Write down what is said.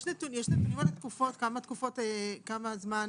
יש נתונים כמה זמן